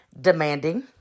demanding